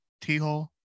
T-Hole